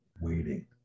waiting